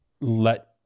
let